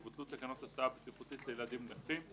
יבוטלו תקנות הסעה בטיחותית לילדים נכים,